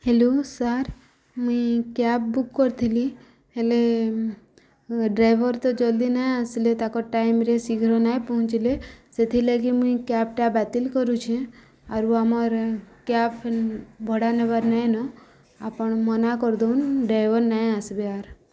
hello sir ମୁଇଁ cab book କରିଥିଲି ହେଲେ ଡ୍ରାଇଭର୍ ତ ଜଲ୍ଦି ନାହିଁ ଆସିଲେ ତାଙ୍କ ଟାଇମ୍ରେ ଶୀଘ୍ର ନାହିଁ ପହଞ୍ଚିଲେ ସେଥିଲାଗି ମୁଇଁ କ୍ୟାବ୍ଟା ବାତିଲ୍ କରୁଛେ ଆରୁ ଆମର୍ କ୍ୟାବ୍ ଭଡ଼ା ନେବାର ନାଇଁନ ଆପଣ ମନା କରିଦଉନ୍ ଡ୍ରାଇଭର୍ ନାହିଁ ଆସିବେ ଆର୍